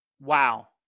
Wow